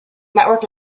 network